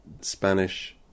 Spanish